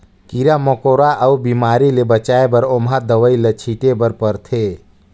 कीरा मकोरा अउ बेमारी ले बचाए बर ओमहा दवई ल छिटे बर परथे